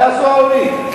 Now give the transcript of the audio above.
מה יעשו ההורים?